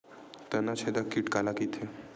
तनाछेदक कीट काला कइथे?